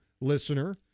listener